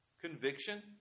conviction